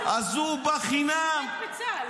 קריאה ראשונה.